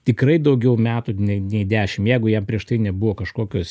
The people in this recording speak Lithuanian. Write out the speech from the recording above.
tikrai daugiau metų nei nei dešimt jeigu jam prieš tai nebuvo kažkokios